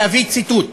ואביא ציטוט: